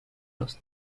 los